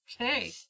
Okay